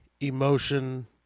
emotion